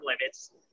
limits